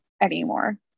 anymore